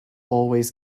always